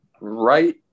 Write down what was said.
right